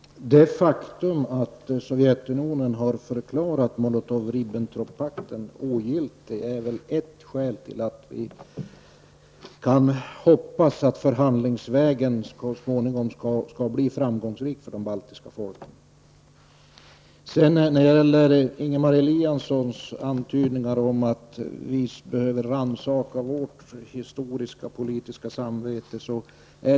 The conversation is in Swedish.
Herr talman! Det faktum att Sovjetunionen har förklarat Molotov-Ribbentrop-pakten ogiltig är väl ett skäl till att vi kan hoppas att förhandlingsvägen så småningom skall bli framgångsrik för de baltiska folken. Ingemar Eliasson gör antydningar om att vi i vpk behöver rannsaka vårt historiska och politiska samvete.